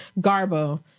Garbo